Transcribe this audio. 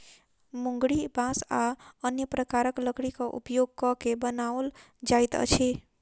मुंगरी बाँस आ अन्य प्रकारक लकड़ीक उपयोग क के बनाओल जाइत अछि